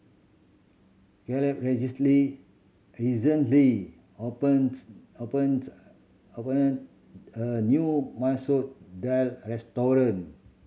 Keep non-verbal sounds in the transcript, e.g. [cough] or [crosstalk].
Caleb [unintelligible] recently opens opened open a new Masoor Dal restaurant